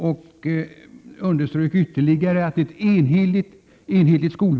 Vidare underströks det: ”Ett enhetligt skolväsende bör likväl inte utesluta, Prot.